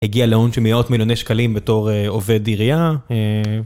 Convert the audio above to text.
הגיע להון של מאות מיליוני שקלים בתור עובד עירייה.